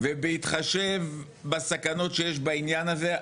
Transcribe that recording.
ובהתחשב בסכנות שיש בעניין הזה,